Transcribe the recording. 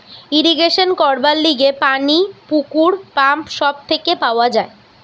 irrigation করবার লিগে পানি পুকুর, পাম্প সব থেকে পাওয়া যায়